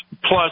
Plus